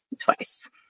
twice